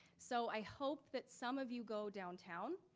so i hope that some of you go downtown.